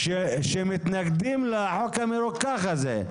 אמרו שמתנגדים לחוק המרוכך הזה.